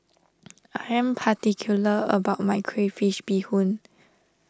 I am particular about my Crayfish BeeHoon